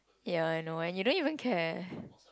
yeah I know and you didn't even care